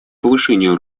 повышению